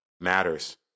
matters